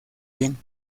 bien